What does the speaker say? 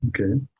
Okay